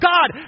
God